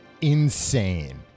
insane